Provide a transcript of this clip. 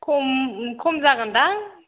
खम खम जागोन दां